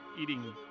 eating